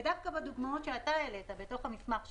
ודווקא בדוגמאות שאתה העלית, בתוך המסמך שלך,